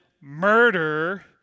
murder